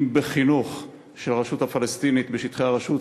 אם בחינוך של הרשות הפלסטינית בשטחי הרשות,